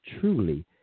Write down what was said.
truly